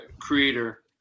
creator